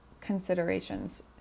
considerations